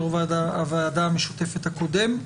יו"ר הוועדה המשותפת הקודם,